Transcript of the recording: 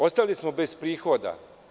Ostali smo bez prihoda.